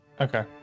okay